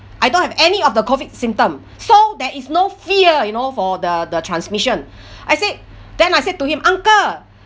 I don't have any of the COVID symptom so there is no fear you know for the the transmission I said then I said to him uncle